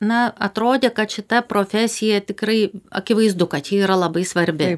na atrodė kad šita profesija tikrai akivaizdu kad ji yra labai svarbi